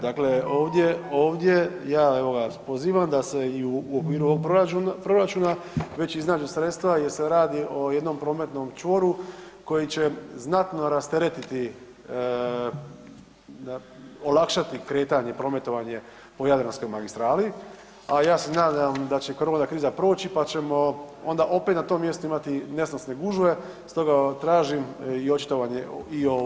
Dakle, ovdje, ovdje ja evo vas pozivam da se i u okviru ovog proračuna već iznađu sredstva jer se radi o jednom prometnom čvoru koji će znatno rasteretiti, olakšati kretanje, prometovanje po Jadranskoj magistrali, a ja se nadam da će korona kriza proći pa ćemo onda opet na tom mjestu imati nesnosne gužve stoga tražim i očitovanje i o ovom amandmanu.